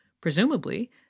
presumably